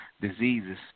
diseases